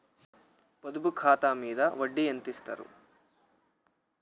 పొదుపు ఖాతా మీద వడ్డీ ఎంతిస్తరు?